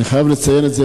אני חייב לציין את זה,